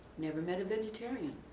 never met a vegetarian.